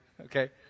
Okay